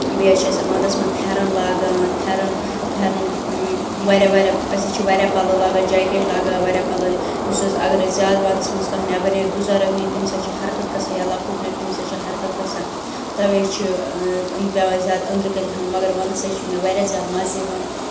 بیٚیہِ حظ چھِ أسۍ وَنٛدَس منٛز پھٮ۪رَن لاگان پھٮ۪رَن پھٮ۪رَن واریاہ واریاہ أسۍ حظ چھِ واریاہ پَلو لاگان جٮ۪کٮ۪ٹ لاگان واریاہ پَلو یُس حظ اگر اَسہِ زیادٕ وَنٛدَس منٛز کانٛہہ نٮ۪بَر نیرِ بُزَرٕگ نیرِ تٔمِس حظ چھِ حَرکَت گژھان یا لۄکُٹ نیرِ تٔمِس حظ چھِ حرکَت گژھان تَوَے حظ چھِ پٮ۪وان زیادٕ أنٛدرٕ کَنۍ تھاوٕنۍ مَگر وَنٛدَس حظ چھُ مےٚ واریاہ زیادٕ مَزٕ یِوان